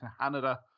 Canada